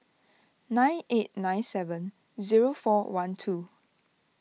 nine eight nine seven zero four one two